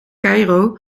caïro